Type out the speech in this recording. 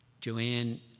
Joanne